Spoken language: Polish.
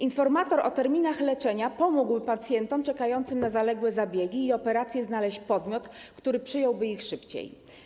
Informator o terminach leczenia pomógłby pacjentom czekającym na zaległe zabiegi i operacje znaleźć podmiot, który przyjąłby ich szybciej.